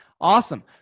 Awesome